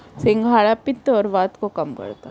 सिंघाड़ा पित्त और वात को कम करता है